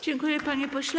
Dziękuję, panie pośle.